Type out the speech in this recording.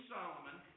Solomon